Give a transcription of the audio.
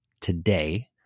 today